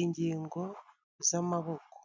ingingo z'amaboko.